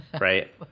right